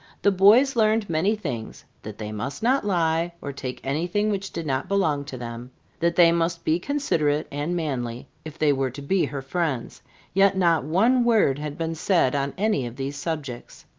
the boys learned many things that they must not lie or take anything which did not belong to them that they must be considerate and manly, if they were to be her friends yet not one word had been said on any of these subjects.